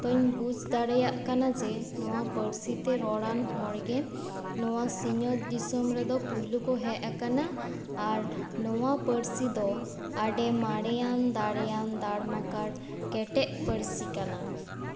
ᱛᱚᱹᱧ ᱵᱩᱡᱽ ᱫᱟᱲᱮᱭᱟᱜ ᱠᱟᱱᱟ ᱡᱮ ᱱᱚᱣᱟ ᱯᱟᱹᱨᱥᱤ ᱛᱮ ᱨᱚᱲᱟᱱ ᱦᱚᱲ ᱜᱮ ᱱᱚᱣᱟ ᱥᱤᱧᱚᱛ ᱫᱤᱥᱚᱢ ᱨᱮᱫᱚ ᱯᱩᱭᱞᱳ ᱠᱚ ᱦᱮᱡ ᱟᱠᱟᱱᱟ ᱟᱨ ᱱᱚᱣᱟ ᱯᱟᱹᱨᱥᱤ ᱫᱚ ᱟᱰᱮ ᱢᱟᱨᱮᱭᱟᱱ ᱫᱟᱲᱮᱭᱟᱱ ᱫᱟᱲᱢᱟᱠᱟᱲ ᱠᱮᱴᱮᱡ ᱯᱟᱹᱨᱥᱤ ᱠᱟᱱᱟ